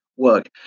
Work